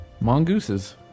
Mongooses